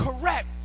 correct